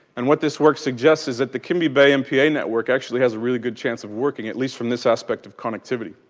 and what this work suggests is that the kimby bay mpa network actually has a really good chance of working, at least from this aspect of con activity.